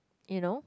you know